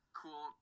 cool